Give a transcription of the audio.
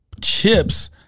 chips